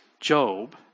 Job